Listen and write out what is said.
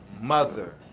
mother